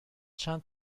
چند